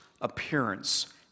appearance